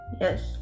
Yes